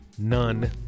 none